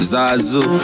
Zazu